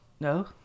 No